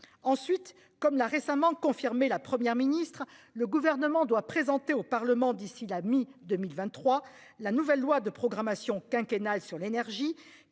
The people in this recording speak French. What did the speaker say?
Ensuite, comme l'a récemment confirmé la Première ministre, le gouvernement doit présenter au Parlement d'ici la mi-2023. La nouvelle loi de programmation quinquennale sur l'énergie